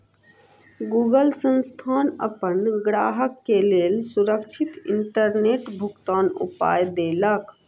Google संस्थान अपन ग्राहक के लेल सुरक्षित इंटरनेट भुगतनाक उपाय देलक